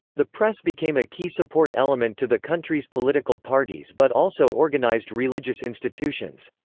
the press became a key support element to the country's political parties but also organized religious institutions.